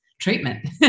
treatment